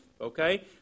Okay